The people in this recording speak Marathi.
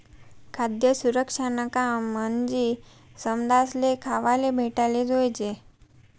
खाद्य सुरक्षानं काम म्हंजी समदासले खावाले भेटाले जोयजे